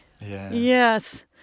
Yes